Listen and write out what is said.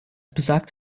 besagt